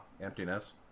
emptiness